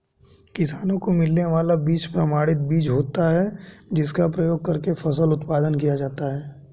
किसानों को मिलने वाला बीज प्रमाणित बीज होता है जिसका प्रयोग करके फसल उत्पादन किया जाता है